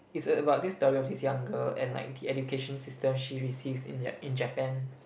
is a about this story of this young girl and like the education system she receives in y~ in Japan